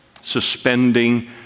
suspending